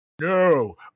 no